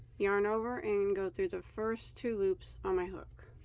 yarn over and go through the first two loops on my hook